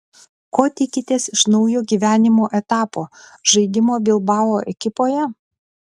ko tikitės iš naujo gyvenimo etapo žaidimo bilbao ekipoje